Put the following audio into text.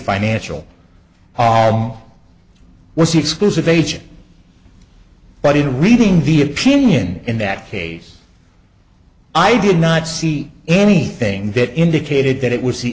financial arm was the exclusive agent but in reading the opinion in that case i did not see anything that indicated that it was the